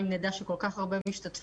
אם נדע שיש כל כך הרבה משתתפים,